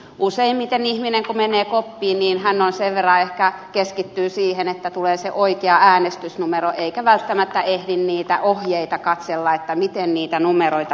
useimmiten kun ihminen menee koppiin hän sen verran ehkä keskittyy siihen että tulee se oikea äänestysnumero ettei välttämättä ehdi niitä ohjeita katsella miten niitä numeroita piirretään